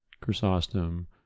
Chrysostom